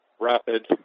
rapid